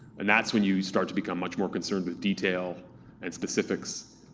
and that's when you start to become much more concerned with detail and specifics,